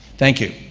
thank you.